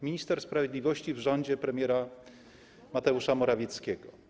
Minister sprawiedliwości w rządzie premiera Mateusza Morawieckiego.